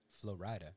Florida